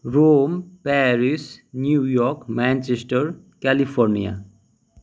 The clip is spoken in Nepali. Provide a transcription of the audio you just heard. Rome Paris New York Manchester California